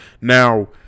Now